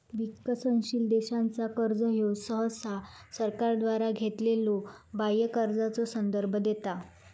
विकसनशील देशांचा कर्जा ह्यो सहसा सरकारद्वारा घेतलेल्यो बाह्य कर्जाचो संदर्भ देता